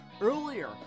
Earlier